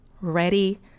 ready